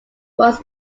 was